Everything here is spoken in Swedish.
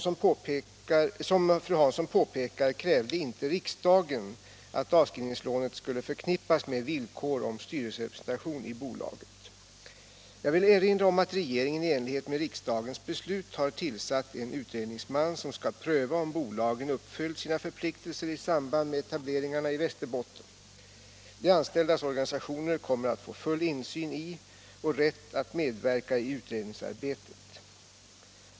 Som fru Hansson påpekar krävde inte riksdagen att avskrivningslånet skulle förknippas med villkor om styrelserepresentation i bolagen. Jag vill erinra om att regeringen i enlighet med riksdagens beslut har tillsatt en utredningsman som skall pröva om bolagen uppfyllt sina förpliktelser i samband med etableringarna i Västerbotten. De anställdas organisationer kommer att få full insyn i och rätt att medverka i utredningsarbetet.